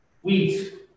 wheat